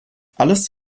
alles